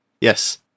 Yes